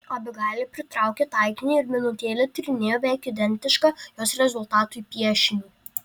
abigailė pritraukė taikinį ir minutėlę tyrinėjo beveik identišką jos rezultatui piešinį